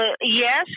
yes